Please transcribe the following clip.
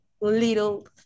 little